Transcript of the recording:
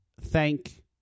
thank